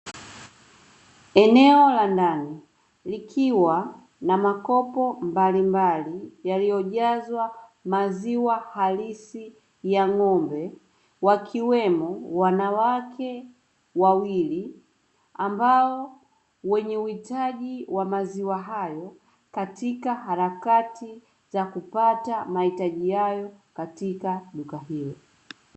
Eneo la ndani likiwa na makopo mbalimbali yaliyojazwa maziwa halisi ya ng’ombe, wakiwemo wanawake wawili ambao wenye uhitaji wa maziwa hayo katika harakati za kupata mahitaji yao katika duka hili.